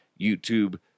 YouTube